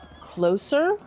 closer